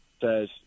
says